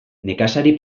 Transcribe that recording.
nekazari